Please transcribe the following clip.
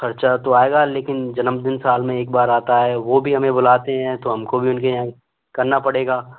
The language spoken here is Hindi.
खर्चा तो आएगा लेकिन जन्मदिन साल में एक बार आता है वो भी हमें बुलाते हैं तो हमें भी उनके यहाँ करना पड़ेगा